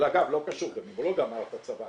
אגב, לא קשור, גם אם הוא לא גמר את הצבא.